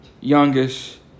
youngest